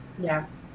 Yes